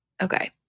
Okay